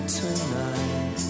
tonight